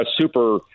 super